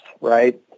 right